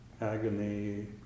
agony